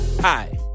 Hi